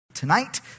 Tonight